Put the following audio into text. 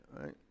right